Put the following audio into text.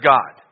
God